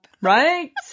Right